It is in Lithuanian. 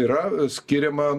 yra skiriama